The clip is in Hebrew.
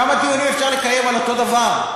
כמה דיונים אפשר לקיים על אותו הדבר?